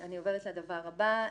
אני עוברת לדבר הבא.